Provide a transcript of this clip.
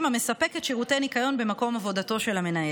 המספק שירותי ניקיון במקום עבודתו של המנהל,